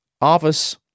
office